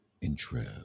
Intro